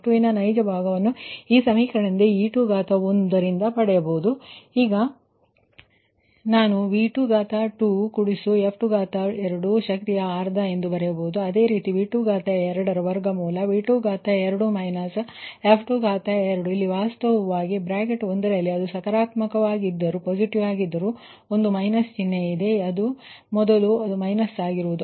ಆದ್ದರಿಂದ f2 ವಿನ ನೈಜ ಭಾಗವನ್ನು ಈ ಸಮೀಕರಣದಿಂದ e21 ಪಡೆಯಬಹುದು ಈಗ ನಾನು 2 − 2 ಶಕ್ತಿಯ ಅರ್ಧ ಎಂದು ಬರೆಯಬಹುದು ಅದೇ ರೀತಿ2 ನ ರೂಟ್ 2 −2 ಇಲ್ಲಿ ವಾಸ್ತವವಾಗಿ actually ಬ್ರಾಕೆಟ್ ಒಂದರಲ್ಲಿ ಅದು ಪಾಸಿಟಿವ್ ಆಗಿದ್ದರೂ ಒಂದು ಮೈನಸ್ ಚಿಹ್ನೆ ಇದೆ 1 ಇದೆ